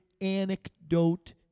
anecdote